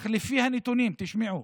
אך לפי הנתונים" תשמעו,